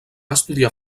estudiar